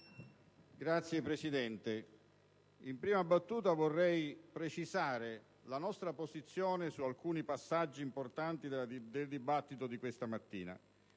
Signora Presidente, in prima battuta vorrei precisare la nostra posizione su alcuni passaggi importanti del dibattito di questa mattina.